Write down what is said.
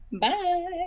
Bye